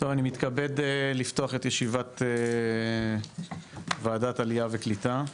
אני מתכבד לפתוח את ישיבת וועדת העלייה והקליטה.